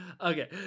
Okay